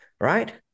right